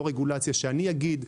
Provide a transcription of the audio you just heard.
לא רגולציה שאני אגיד.